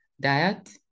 diet